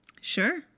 Sure